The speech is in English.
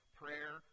prayer